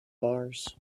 bars